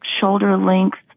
shoulder-length